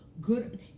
Good